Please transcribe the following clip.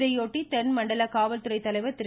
இதையொட்டி தென்மண்டல காவல்துறை தலைவர் திரு